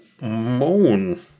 moan